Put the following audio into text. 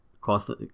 cost